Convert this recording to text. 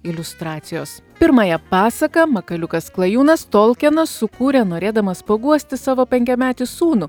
iliustracijos pirmąją pasaką makaliukas klajūnas tolkienas sukūrė norėdamas paguosti savo penkiametį sūnų